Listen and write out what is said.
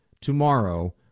tomorrow